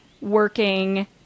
working